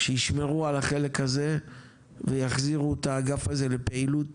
שישמרו על החלק הזה ויחזירו את האגף הזה לפעילות